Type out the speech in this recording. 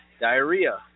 diarrhea